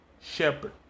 shepherd